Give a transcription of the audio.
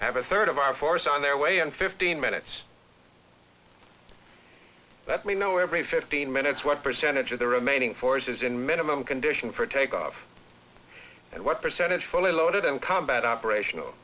have a third of our force on their way in fifteen minutes that we know every fifteen minutes what percentage of the remaining forces in minimum condition for takeoff and what percentage fully loaded in combat operational